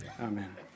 Amen